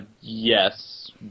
yes